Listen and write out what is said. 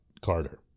Carter